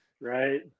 right